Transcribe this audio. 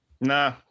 Nah